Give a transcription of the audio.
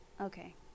Okay